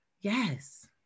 yes